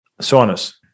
Saunas